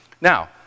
Now